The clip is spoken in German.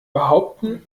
behaupten